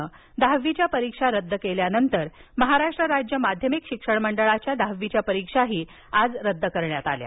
नं दहावीच्या परीक्षा रद्द केल्यानंतर महाराष्ट्र राज्य माध्यमिक शिक्षण मंडळाच्या दहावीच्या परीक्षाही रद्द करण्यात आल्या आहेत